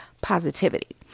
positivity